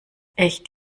echt